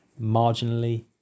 marginally